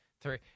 three